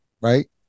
right